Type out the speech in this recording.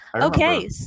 okay